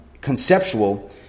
Conceptual